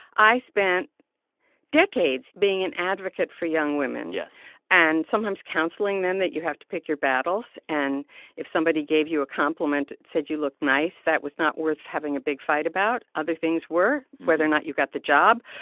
i spent decades being an advocate for young women. yes. and sometimes counseling them that you have to pick your battles. and if somebody gave you a compliment, said you looked nice, that was not worth having a big fight about. other things were whether or not you got the job,